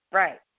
right